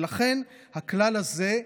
ולכן הכלל הזה,